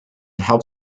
help